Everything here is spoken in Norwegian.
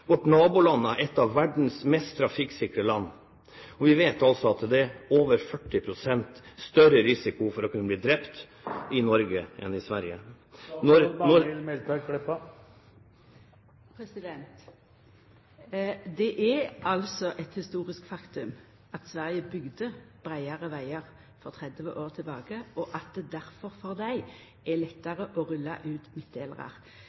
vårt naboland er et av verdens mest trafikksikre land, og vi vet at det er over 40 pst. større risiko for å kunne bli drept i Norge enn i Sverige. Det er altså eit historisk faktum at Sverige 30 år tilbake bygde breiare vegar, og at det difor er lettare for dei å rulla ut midtdelarar. Det er